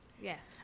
yes